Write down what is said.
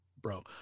bro